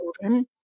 children